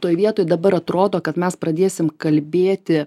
toj vietoj dabar atrodo kad mes pradėsim kalbėti